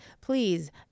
please